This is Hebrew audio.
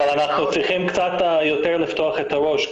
אבל אנחנו צריכים קצת יותר לפתוח את הראש,